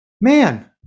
man